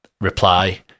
reply